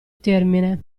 termine